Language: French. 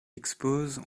expose